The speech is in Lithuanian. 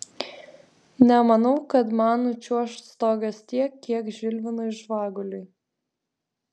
nemanau kad man nučiuoš stogas tiek kiek žilvinui žvaguliui